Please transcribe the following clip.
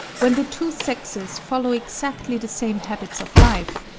when the two sexes follow exactly the same habits of life,